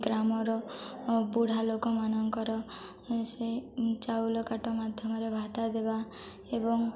ଗ୍ରାମର ବୁଢ଼ା ଲୋକମାନଙ୍କର ସେ ଚାଉଳ କାଟ ମାଧ୍ୟମରେ ଭତ୍ତା ଦେବା ଏବଂ